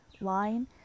line